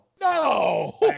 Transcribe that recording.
No